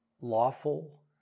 lawful